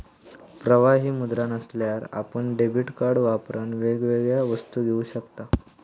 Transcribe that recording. प्रवाही मुद्रा नसल्यार आपण डेबीट कार्ड वापरान वेगवेगळ्या वस्तू घेऊ शकताव